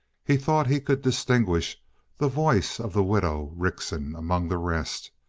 he thought he could distinguish the voice of the widow rickson among the rest,